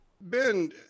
Ben